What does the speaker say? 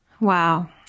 Wow